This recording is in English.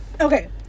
okay